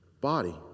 body